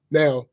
now